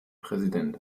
präsident